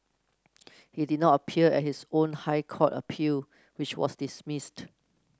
he did not appear at his own High Court appeal which was dismissed